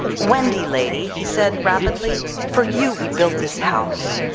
wendy lady, he said rapidly, for you we built this house.